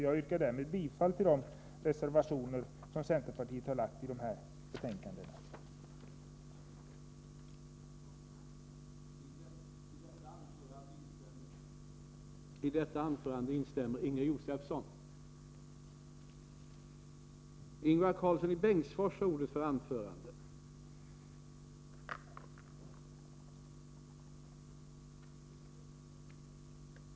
Jag yrkar därför bifall till de reservationer som centerpartiet har fogat till de betänkanden vi nu behandlar.